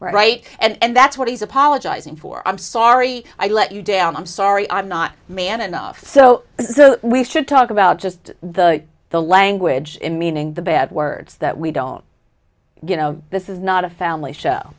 right and that's what he's apologizing for i'm sorry i let you down i'm sorry i'm not man enough so we should talk about just the the language meaning the bad words that we don't you know this is not a family show